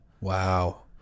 wow